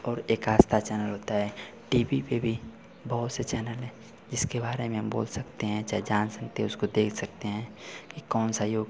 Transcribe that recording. और एक आस्था चैनल होता है टी वी पर भी बहुत से चैनल हैं जिसके बारे में हम बोल सकते हैं चाहे जान सकते हैं उसको देख सकते हैं कि कौन सा योग